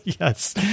Yes